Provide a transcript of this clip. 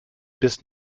bis